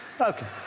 Okay